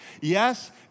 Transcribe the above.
Yes